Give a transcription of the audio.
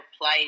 play